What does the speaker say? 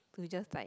to just like